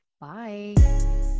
bye